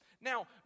Now